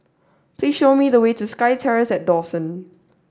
please show me the way to SkyTerrace at Dawson